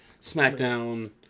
SmackDown